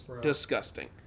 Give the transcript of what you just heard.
Disgusting